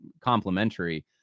complementary